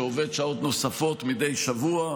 שעובד שעות נוספות מדי שבוע.